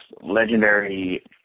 legendary